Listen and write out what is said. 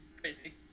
Crazy